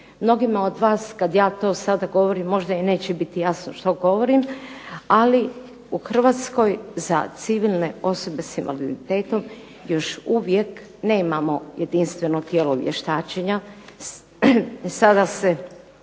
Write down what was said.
Mnogima od vas kad ja to sad govorim možda i neće biti jasno što govorim, ali u Hrvatskoj za civilne osobe s invaliditetom još uvijek nemamo jedinstveno tijelo vještačenja,